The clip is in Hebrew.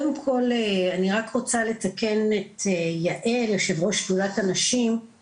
אני רוצה גם לציין בהיבט העשייה של משרד הכלכלה את כל הנושא של רפורמה